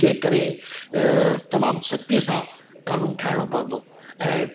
जे करे तमामु सख़्ती सां कानून ठाहिणो पवंदो ऐं